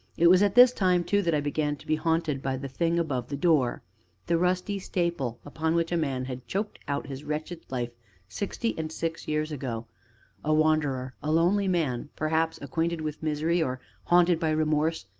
it was at this time, too, that i began to be haunted by the thing above the door the rusty staple upon which a man had choked out his wretched life sixty and six years ago a wanderer, a lonely man, perhaps acquainted with misery or haunted by remorse,